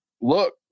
look